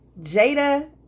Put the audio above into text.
Jada